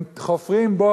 הם חופרים בור,